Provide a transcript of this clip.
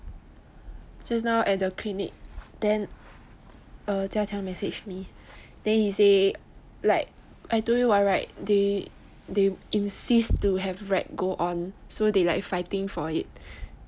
just now at the clinic then err jia qiang message me then he say like I told you [what] right they insist to have rag go on so they like fighting for it